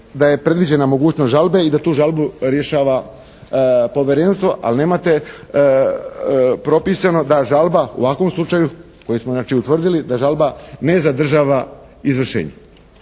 da je predviđena mogućnost žalbe i da tu žalbu rješava Povjerenstvo, ali nemate propisano da žalba u ovakvom slučaju, koji smo znači utvrdili, da žalba ne zadržava izvršenje.